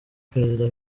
perezida